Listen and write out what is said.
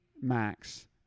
Max